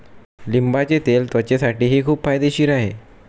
लिंबाचे तेल त्वचेसाठीही खूप फायदेशीर आहे